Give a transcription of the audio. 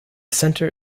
center